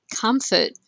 comfort